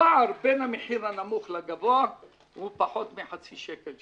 הפער בין המחיר הנמוך לגבוה הוא פחות מחצי שקל,